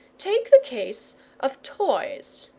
take the case of toys.